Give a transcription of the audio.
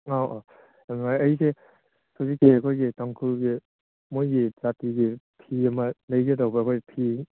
ꯑꯣ ꯑꯣ ꯌꯥꯝ ꯅꯨꯡꯉꯥꯏꯔꯦ ꯑꯩꯁꯦ ꯍꯧꯖꯤꯛꯀꯤ ꯑꯩꯈꯣꯏꯒꯤ ꯇꯥꯡꯈꯨꯜꯒꯤ ꯃꯈꯣꯏꯒꯤ ꯖꯥꯇꯤꯒꯤ ꯐꯤ ꯑꯃ ꯂꯩꯒꯦ ꯇꯧꯕ ꯑꯩꯈꯣꯏ ꯐꯤ